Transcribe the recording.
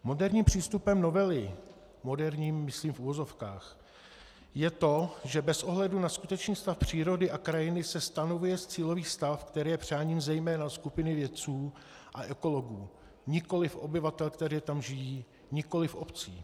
Moderním přístupem novely moderním myslím v uvozovkách je to, že bez ohledu na skutečný stav přírody a krajiny se stanovuje cílový stav, který je přáním zejména skupiny vědců a ekologů, nikoliv obyvatel, kteří tam žijí, nikoliv obcí.